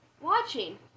watching